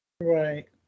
right